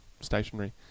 stationary